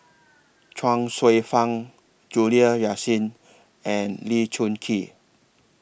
Chuang Hsueh Fang Juliana Yasin and Lee Choon Kee